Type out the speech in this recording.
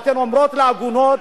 אתן אומרות לעגונות,